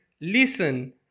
listen